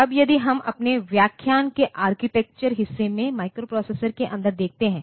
अब यदि हम अपने व्याख्यान के आर्किटेक्चर हिस्से में माइक्रोप्रोसेसर के अंदर देखते हैं